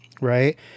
right